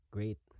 Great